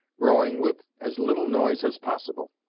rowing with as little noise as possible.